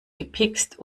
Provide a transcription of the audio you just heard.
gepikst